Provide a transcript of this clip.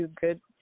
good